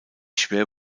schwer